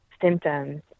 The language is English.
symptoms